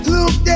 Look